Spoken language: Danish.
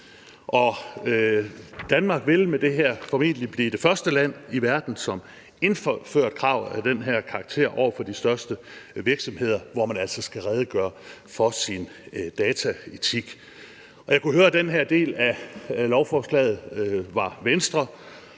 Danmark vil med det her formentlig blive det første land i verden, som indfører krav af den her karakter over for de største virksomheder, hvor man altså skal redegøre for sin dataetik. Jeg kunne høre, at den her del af lovforslaget var Venstre